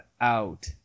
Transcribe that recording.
out